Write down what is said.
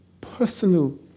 personal